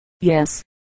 yes